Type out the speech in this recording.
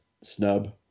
snub